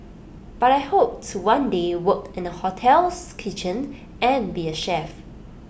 but I hope to one day work in the hotel's kitchen and be A chef